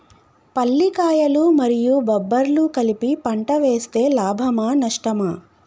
పల్లికాయలు మరియు బబ్బర్లు కలిపి పంట వేస్తే లాభమా? నష్టమా?